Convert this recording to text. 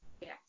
Yes